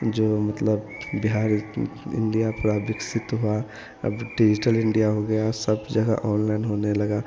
जो मतलब बिहार इण्डिया पूरा विकसित हुआ अब डिजिटल इण्डिया हो गया सब जगह ऑनलाइन होने लगा